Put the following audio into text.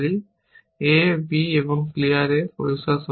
a b এবং clear a পরিষ্কার a সত্য